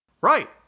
Right